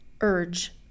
urge